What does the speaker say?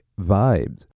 vibes